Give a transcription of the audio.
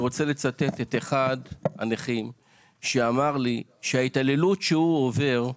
אני רוצה לצטט את אחד הנכים שאמר לי שההתעללות שהוא עובר,